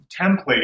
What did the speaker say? template